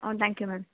ah thank you ma'am